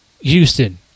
Houston